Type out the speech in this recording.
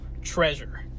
treasure